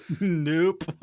Nope